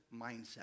mindset